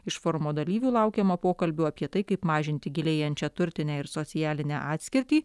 iš forumo dalyvių laukiama pokalbių apie tai kaip mažinti gilėjančią turtinę ir socialinę atskirtį